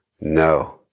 No